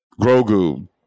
grogu